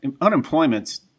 unemployment's